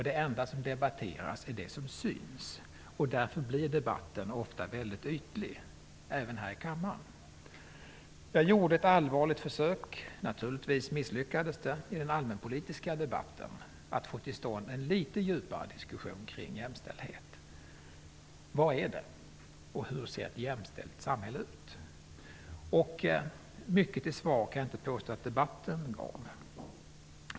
Det enda som debatteras är det som syns. Därför blir debatten ofta mycket ytlig, även här i kammaren. Jag gjorde ett allvarligt försök i den allmänpolitiska debatten -- naturligtvis misslyckades det -- att få till stånd en litet djupare diskussion kring jämställdhet. Vad är jämställdhet? Hur ser ett jämställt samhälle ut? Jag kan inte påstå att debatten gav mycket till svar.